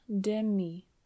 demi